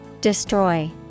Destroy